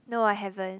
no I haven't